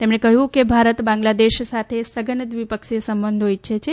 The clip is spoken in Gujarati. તેમણે કહ્યું કે ભારત બાંગ્લાદેશ સાથે સઘન દ્વિપક્ષીય સંબંધો ઇચ્છે છે